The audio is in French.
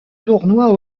tournoi